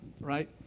right